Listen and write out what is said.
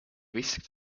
whisked